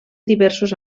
diversos